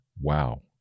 wow